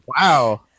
Wow